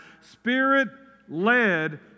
Spirit-led